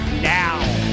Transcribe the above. now